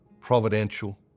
providential